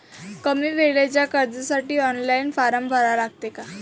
कमी वेळेच्या कर्जासाठी ऑनलाईन फारम भरा लागते का?